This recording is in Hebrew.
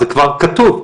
שבכתב, זה כבר כתוב.